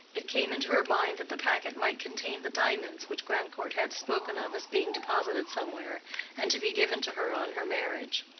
it came into her mind that the packet might contain the diamonds which grandcourt had spoken of as being deposited somewhere and to be given to her on her marriage.